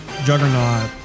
Juggernaut